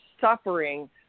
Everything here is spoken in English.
suffering